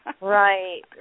Right